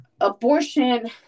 abortion